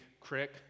crick